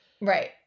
Right